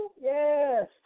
yes